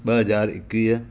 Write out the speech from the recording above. ॿ हज़ार एकवीह